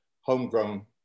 homegrown